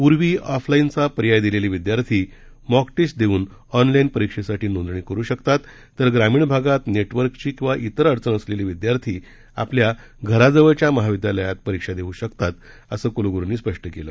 पूर्वी ऑफलाईनचा पर्याय दिलेले विद्यार्थी मॉक टेस्ट देऊन ऑनलाईन परीक्षेसाठी नोंदणी करू शकतात तर ग्रामीण भागात नेटवर्कची किंवा त्तिर अडचण असलेले विद्यार्थी आपल्या घराजवळच्या महाविद्यालयात परीक्षा देऊ शकतात असं कुलगुरुंनी स्पष्ट केलं